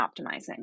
optimizing